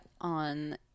on